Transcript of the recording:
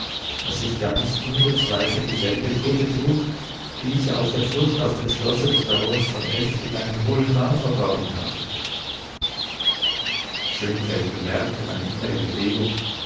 daß ich ganz un bezweifelt dieselbe kutte trug die ich auf der flucht aus dem schlosse des barons von f in einen hohlen baum verborgen hatte schönfeld bemerkte meine innere bewegung